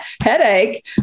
headache